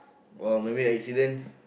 or maybe accidents